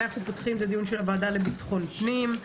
אנחנו פותחים את הדיון של הוועדה לביטחון פנים,